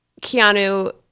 Keanu